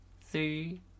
three